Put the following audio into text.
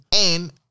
and-